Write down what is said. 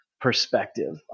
perspective